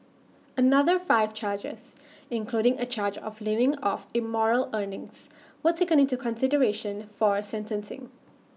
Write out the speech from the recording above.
another five charges including A charge of living off immoral earnings were taken into consideration for sentencing